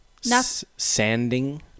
sanding